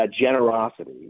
generosity